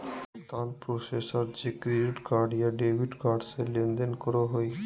भुगतान प्रोसेसर जे credit card या डेबिट कार्ड से लेनदेन करो हइ